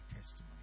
testimony